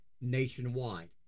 nationwide